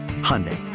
Hyundai